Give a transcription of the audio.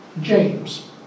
James